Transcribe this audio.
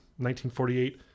1948